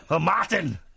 Martin